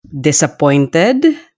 disappointed